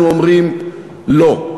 אנחנו אומרים לא.